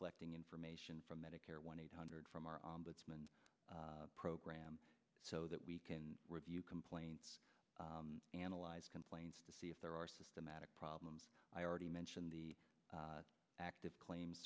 collecting information from medicare one eight hundred from our program so that we can review complaints analyze complaints to see if there are systematic problems i already mentioned the active claim